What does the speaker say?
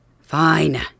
Fine